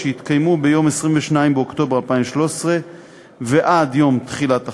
שהתקיימו ביום 22 באוקטובר 2013 ועד יום תחילת החוק,